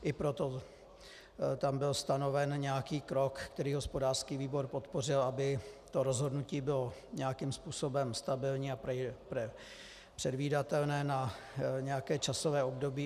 I proto tam byl stanoven nějaký krok, který hospodářský výbor podpořil, aby to rozhodnutí bylo nějakým způsobem stabilní a předvídatelné na nějaké časové období.